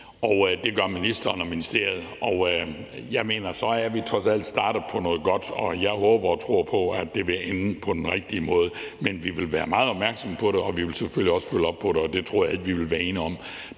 at det gør ministeren og ministeriet, og jeg mener – så er vi trods alt startet på noget godt. Og jeg håber og tror på, at det vil ende på den rigtige måde, men vi vil være meget opmærksomme på det, og vi vil selvfølgelig også følge op på det, og det tror jeg ikke vi vil være ene om;